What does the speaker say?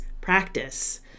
practice